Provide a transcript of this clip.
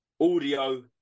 audio